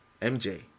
MJ